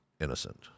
innocent